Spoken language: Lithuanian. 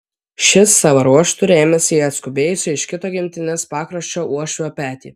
šis savo ruoštu rėmėsi į atskubėjusio iš kito gimtinės pakraščio uošvio petį